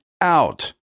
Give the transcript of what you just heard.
out